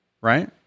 right